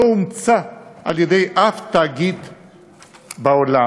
לא אומצה על-ידי שום תאגיד בעולם.